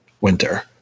winter